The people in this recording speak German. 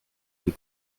die